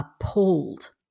appalled